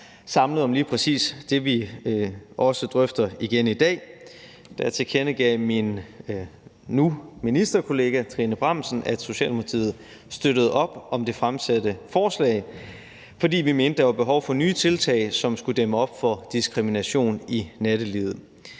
samlet om lige præcis det, vi også drøfter igen i dag, tilkendegav min nu ministerkollega Trine Bramsen, at Socialdemokratiet støttede op om det fremsatte forslag, fordi vi mente, der var behov for nye tiltag, som skulle dæmme op for diskrimination i nattelivet.